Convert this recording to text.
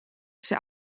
sit